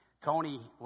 Tony